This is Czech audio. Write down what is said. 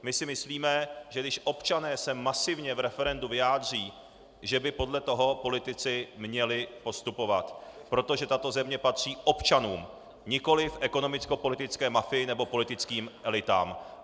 My si myslíme, že když občané se masivně v referendu vyjádří, že by podle toho politici měli postupovat, protože tato země patří občanům, nikoliv ekonomickopolitické mafii nebo politickým elitám.